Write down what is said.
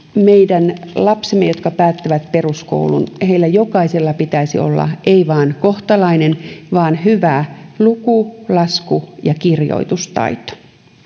meidän lapsistamme jotka päättävät peruskoulun pitäisi olla ei vain kohtalainen vaan hyvä luku lasku ja kirjoitustaito